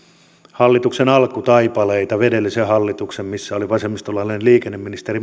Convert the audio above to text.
hallituksen alkutaipaleita edellisen hallituksen missä oli vasemmistolainen liikenneministeri merja